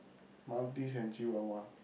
Maltese and Chihuahua